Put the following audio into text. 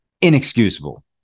inexcusable